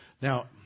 Now